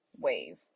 wave